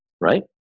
right